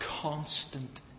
constant